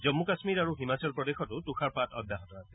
জম্মু কাশ্মীৰ আৰু হিমাচল প্ৰদেশতো তুষাৰপাত অব্যাহত আছে